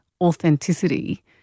authenticity